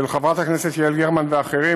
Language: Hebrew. של חברת הכנסת יעל גרמן ואחרים,